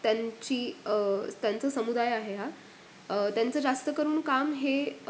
त्यांची त्यांचं समुदाय आहे हा त्यांचं जास्त करून काम हे